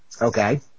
Okay